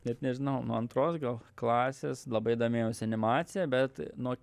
net nežinau nuo antros gal klasės labai domėjaus animacija bet nuo